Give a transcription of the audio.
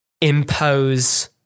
impose